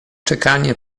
czekanie